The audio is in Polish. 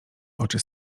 oczy